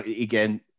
again